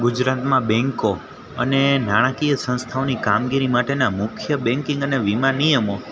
ગુજરાતમાં બેન્કો અને નાણાંકીય સંસ્થાઓની કામગીરી માટેના મુખ્ય બેન્કિંગ અને વીમા નિયમો